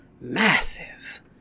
massive